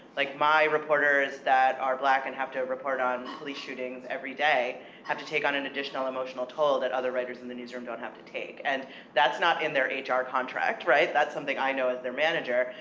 like my reporters that are black, and have to report on police shootings every day have to take on an additional emotional toll that other writers in the newsroom don't have to take, and that's not in their ah hr contract, right? that's something that i know as their manager,